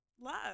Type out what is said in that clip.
love